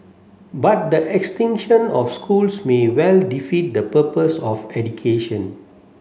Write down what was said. but the extinction of schools may well defeat the purpose of education